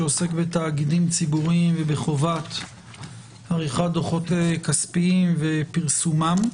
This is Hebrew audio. שעוסק בתאגידים ציבוריים ובחובת עריכת דוחות כספיים ופרסומם.